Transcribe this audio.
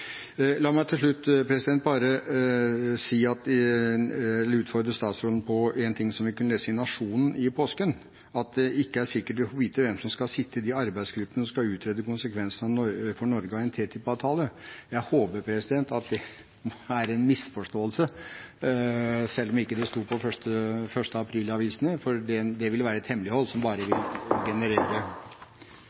La meg til slutt bare utfordre statsråden på en ting som vi kunne lese i Nationen i påsken, at vi ikke vet sikkert hvem som skal sitte i de arbeidsgruppene som skal utrede konsekvensene for Norge av en TTIP-avtale. Jeg håper at det er en misforståelse, selv om det ikke sto i 1. april-avisene, for det ville være et hemmelighold som bare